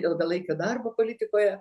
ilgalaikio darbo politikoje